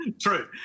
True